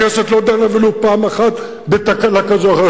הכנסת לא דנה ולו פעם אחת בתקלה כזו או אחרת,